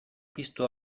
piztu